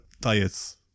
diets